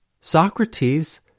Socrates